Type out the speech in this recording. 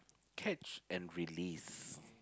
catch and release